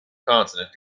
consonant